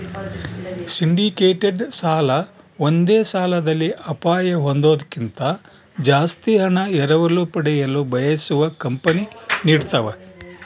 syndicated ಸಾಲ ಒಂದೇ ಸಾಲದಲ್ಲಿ ಅಪಾಯ ಹೊಂದೋದ್ಕಿಂತ ಜಾಸ್ತಿ ಹಣ ಎರವಲು ಪಡೆಯಲು ಬಯಸುವ ಕಂಪನಿ ನೀಡತವ